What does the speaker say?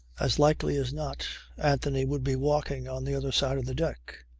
as likely as not anthony would be walking on the other side of the deck.